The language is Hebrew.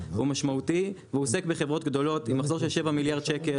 הוא משמעותי והוא עוסק בחברות גדולות עם מחזור של שבעה מיליארד שקל,